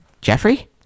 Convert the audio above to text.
Jeffrey